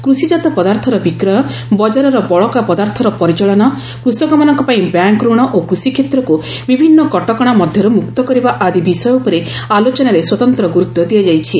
କୃଷିଜାତ ପଦାର୍ଥର ବିକ୍ରୟ ବଜାରର ବଳକା ପଦାର୍ଥର ପରିଚାଳନା କୃଷକମାନଙ୍କପାଇଁ ବ୍ୟାଙ୍କ୍ ରଣ ଓ କୃଷିକ୍ଷେତ୍ରକୁ ବିଭିନ୍ନ କଟକଣା ମଧ୍ୟରୁ ମୁକ୍ତ କରିବା ଆଦି ବିଷୟ ଉପରେ ଆଲୋଚନାରେ ସ୍ୱତନ୍ତ୍ର ଗୁରୁତ୍ୱ ଦିଆଯାଇଛି